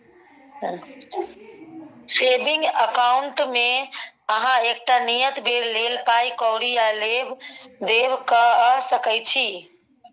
saving अकाउंटमे अहाँ एकटा नियत बेर लेल पाइ कौरी आ लेब देब कअ सकै छी